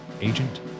Agent